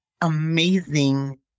amazing